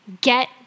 Get